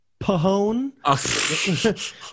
Pahone